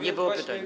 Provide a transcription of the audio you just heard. Nie było pytań.